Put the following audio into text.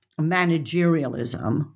managerialism